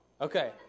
Okay